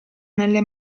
nelle